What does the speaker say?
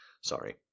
Sorry